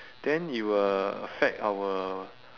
then it will affect our